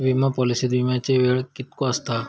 विमा पॉलिसीत विमाचो वेळ कीतको आसता?